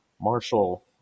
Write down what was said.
Marshall